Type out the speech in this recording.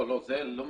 לא על זה מדובר.